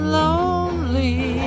lonely